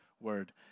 word